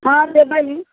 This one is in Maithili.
हँ देबै